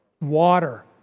Water